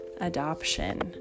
adoption